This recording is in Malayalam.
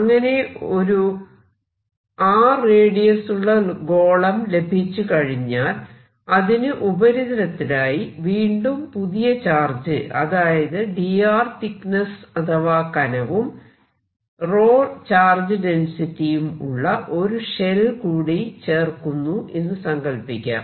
അങ്ങനെ ഒരു r റേഡിയസുള്ള ഗോളം ലഭിച്ചുകഴിഞ്ഞാൽ അതിനു ഉപരിതലത്തിലായി വീണ്ടും പുതിയ ചാർജ് അതായത് dr തിക്നെസ് അഥവാ കനവും ചാർജ് ഡെൻസിറ്റിയും ഉള്ള ഒരു ഷെൽ കൂടി ചേർക്കുന്നു എന്നും സങ്കല്പിക്കാം